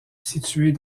située